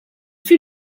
fut